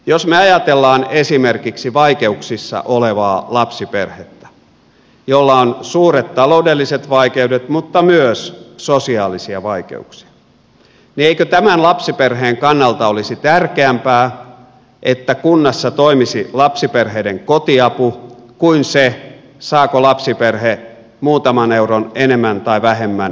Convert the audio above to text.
jos me ajattelemme esimerkiksi vaikeuksissa olevaa lapsiperhettä jolla on suuret taloudelliset vaikeudet mutta myös sosiaalisia vaikeuksia eikö tämän lapsiperheen kannalta olisi tärkeämpää se että kunnassa toimisi lapsiperheiden kotiapu kuin se saako lapsiperhe muutaman euron enemmän tai vähemmän esimerkiksi lapsilisää